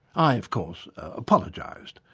i of course apologised,